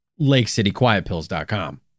lakecityquietpills.com